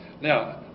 Now